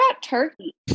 Turkey